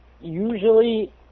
Usually